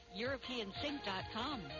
EuropeanSync.com